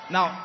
Now